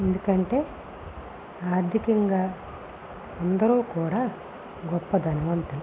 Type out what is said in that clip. ఎందుకంటే ఆర్థికంగా అందరు కూడా గొప్ప ధనవంతులు